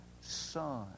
Son